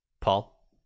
Paul